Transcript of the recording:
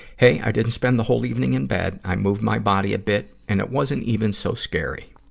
hey, i didn't spend the whole evening in bed. i moved my body a bit, and it wasn't even so scary.